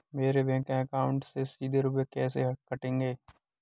मेरे bank account से सीधे रुपए कैसे कटेंगे?